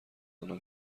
آنان